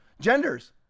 genders